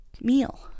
meal